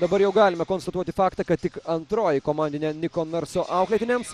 dabar jau galime konstatuoti faktą kad tik antroji komandinė niko narso auklėtiniams